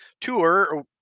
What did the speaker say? tour